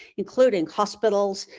including hospitals,